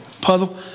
Puzzle